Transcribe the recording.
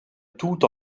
tout